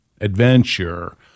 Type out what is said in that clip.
adventure